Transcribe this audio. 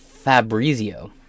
Fabrizio